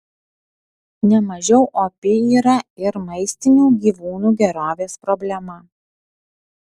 nemažiau opi yra ir maistinių gyvūnų gerovės problema